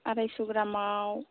आरायस' ग्रामाव